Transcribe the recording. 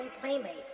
playmates